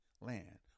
Land